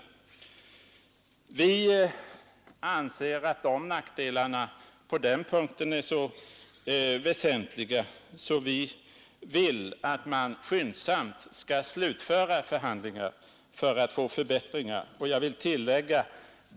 I folkpartiet anser vi att nackdelarna på den punkten är så väsentliga att vi vill att man skyndsamt skall slutföra förhandlingarna för att få till stånd förbättringar.